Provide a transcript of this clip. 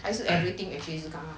还是 everything